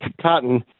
cotton